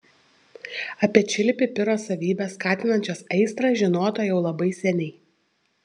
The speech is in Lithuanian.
apie čili pipiro savybes skatinančias aistrą žinota jau labai seniai